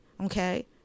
Okay